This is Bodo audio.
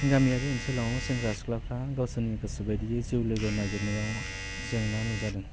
गामियारि ओनसोलाव सेंग्रा सिख्लाफ्रा गावसोरनि गोसोबायदियै जिउ लोगो नागिरनायाव जेंना नुजादों